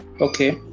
Okay